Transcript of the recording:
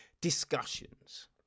Discussions